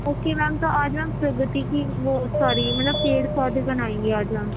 okay ma'am تو آج ہم سربتی کی وہ سوری مطلب پیڑ پودے بنائیں گے آج ہم